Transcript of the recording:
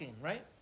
right